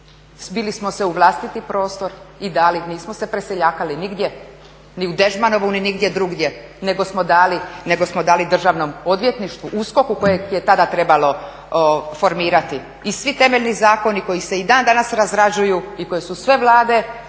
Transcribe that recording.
zbili smo se u vlastiti prostor i dali, nismo se preseljavali nigdje ni u Dežmanovu, ni nigdje drugdje, nego smo dali državnom odvjetništvu USKOK-u kojeg je tada trebalo formirati. I svi temeljni zakoni koji se i dan danas razrađuju i koji su sve Vlade